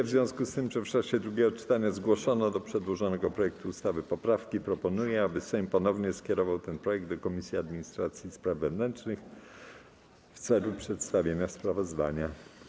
W związku z tym, że w czasie drugiego czytania zgłoszono do przedłożonego projektu ustawy poprawki, proponuję, aby Sejm ponownie skierował ten projekt do Komisji Administracji i Spraw Wewnętrznych w celu przedstawienia sprawozdania.